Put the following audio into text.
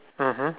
mmhmm